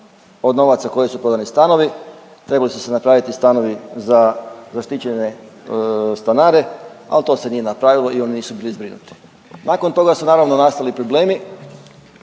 od novaca kojim su prodani stanovi trebali su se napraviti stanovi za zaštićene stanare, al to se nije napravilo i oni nisu bili zbrinuti. Nakon toga su naravno nastali problemi,